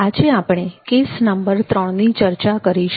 આજે આપણે case number 3ની ચર્ચા કરીશું